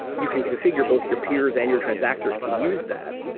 you can configure both your peers and your transactors to use that,